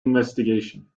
investigation